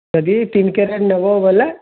ଯଦି ତିନ୍ କେରେଟ୍ ନେବ ବେଲେ